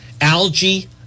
algae